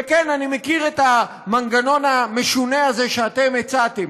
וכן, אני מכיר את המנגנון המשונה הזה שאתם הצעתם.